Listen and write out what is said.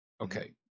Okay